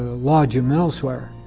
ah lodge em elsewhere.